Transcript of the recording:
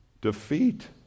defeat